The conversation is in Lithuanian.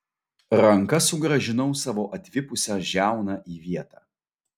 ranka sugrąžinau savo atvipusią žiauną į vietą